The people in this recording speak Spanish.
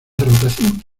rotación